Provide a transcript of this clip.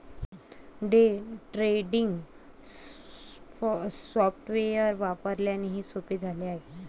day trading software वापरल्याने हे सोपे झाले आहे